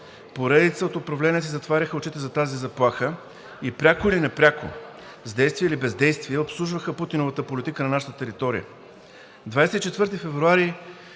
Поредица от управления си затваряха очите за тази заплаха и пряко или непряко, с действия или бездействия, обслужваха Путиновата политика на нашата територия. 24 февруари